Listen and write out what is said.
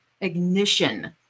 ignition